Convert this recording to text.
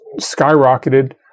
skyrocketed